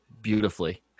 beautifully